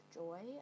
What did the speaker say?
joy